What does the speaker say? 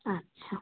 আচ্ছা